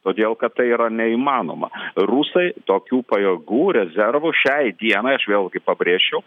todėl kad tai yra neįmanoma rusai tokių pajėgų rezervų šiai dienai aš vėlgi pabrėžčiau